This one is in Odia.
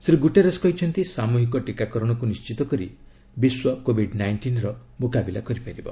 ଶ୍ରୀ ଗୁଟେରସ୍ କହିଛନ୍ତି ସାମୂହିକ ଟୀକାକରଣକୁ ନିଶ୍ଚିତ କରି ବିଶ୍ୱ କୋବିଡ୍ ନାଇଷ୍ଟିନ୍ର ମୁକାବିଲା କରିପାରିବ